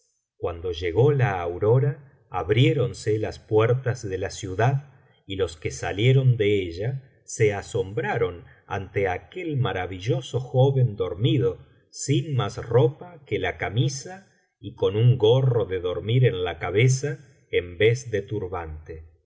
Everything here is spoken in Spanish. cuando llegó la aurora abriéronse las puertas de la ciudad y los que salieron de ella se asombraron ante aquel maravilloso joven dormido sin más ropa que la camisa y con un gorro de dormir en la cabeza en vez de turbante